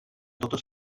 totes